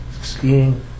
skiing